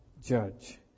judge